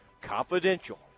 Confidential